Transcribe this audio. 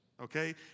Okay